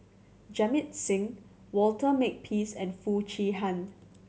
Jamit Singh Walter Makepeace and Foo Chee Han